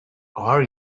are